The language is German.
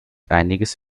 einiges